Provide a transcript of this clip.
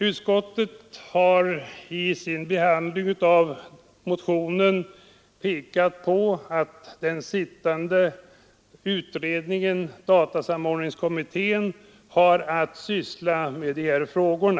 Utskottet har vid sin behandling av motionen pekat på den utredning — datasamordningskommittén DASK — som för närvarande sysslar med dessa frågor.